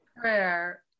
prayer